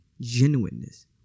genuineness